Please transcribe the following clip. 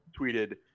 tweeted